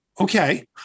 okay